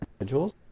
individuals